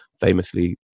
famously